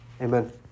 Amen